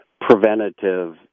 preventative